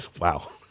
Wow